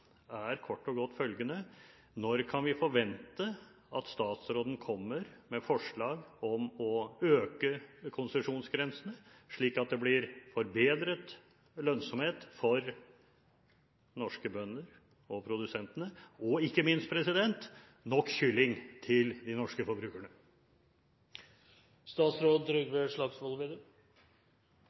er kort og godt følgende: Når kan vi forvente at statsråden kommer med forslag om å øke konsesjonsgrensen, slik at det blir forbedret lønnsomhet for norske bønder og produsenter og ikke minst nok kylling til norske